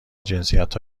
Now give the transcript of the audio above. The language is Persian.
جنسیت